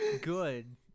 Good